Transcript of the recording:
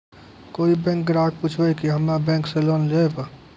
कोई बैंक ग्राहक पुछेब की हम्मे बैंक से लोन लेबऽ?